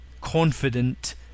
confident